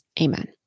Amen